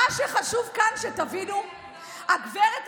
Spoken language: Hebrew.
אם לאדוני היושב-ראש היה שעון רולקס הוא היה יודע,